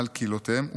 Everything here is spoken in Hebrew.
על קהילותיהם ומגזריהם.